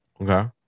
Okay